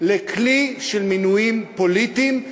לכלי של מינויים פוליטיים,